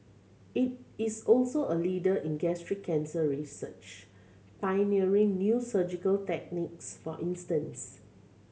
it is also a leader in gastric cancer research pioneering new surgical techniques for instance